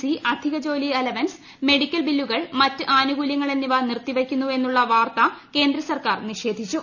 C അധികജോലി allowance medical ബില്ലുകൾ ആനുകൂലൃങ്ങൾ എന്നിവ നിർത്തിവയ്ക്കുന്നു എന്നുള്ള വാർത്ത കേന്ദ്ര സർക്കാർ നിഷേധിച്ചു